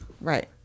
Right